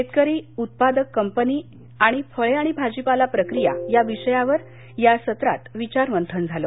शेतकरी उत्पादक कंपनी आणि फळे आणि भाजीपाला प्रक्रिया या विषयावर या सत्रात विचारमंथन झालं